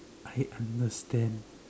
I understand